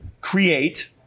create